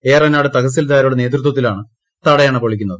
ഏറനാട് തഹസിൽദാരുടെ നേതൃത്വത്തിലാണ് തടയണ പൊളിക്കുന്നത്